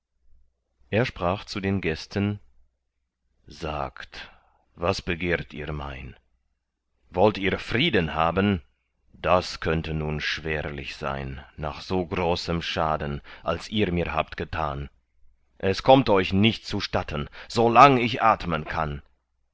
er sprach zu den gästen sagt was begehrt ihr mein wollt ihr frieden haben das könnte nun schwerlich sein nach so großem schaden als ihr mir habt getan es kommt euch nicht zustatten so lang ich atmen kann